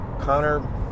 Connor